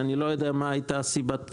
שאני לא יודע מה הייתה סיבת העיכוב,